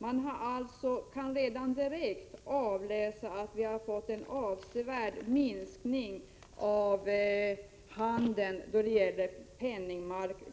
Man kan alltså direkt avläsa en avsevärd minskning av handeln på